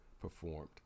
performed